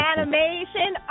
Animation